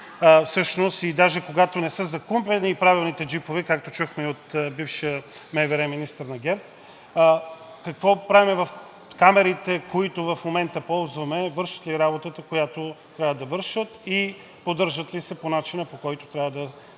поддържа, и даже, когато не са закупени правилните джипове, както чухме и от бившия МВР министър на ГЕРБ, какво правим? Камерите, които в момента ползваме, вършат ли работата, която трябва да вършат, и поддържат ли се по начина, по който трябва да се